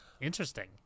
Interesting